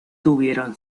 tuvieron